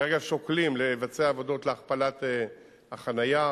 כרגע שוקלים לבצע עבודות להכפלת החנייה,